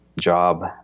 job